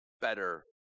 better